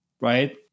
Right